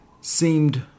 seemed